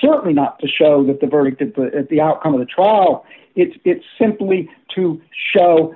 certainly not to show that the bird at the outcome of the trial it's simply to show